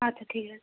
আচ্ছা ঠিক আছে